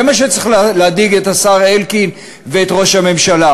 זה מה שצריך להדאיג את השר אלקין ואת ראש הממשלה,